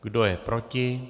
Kdo je proti?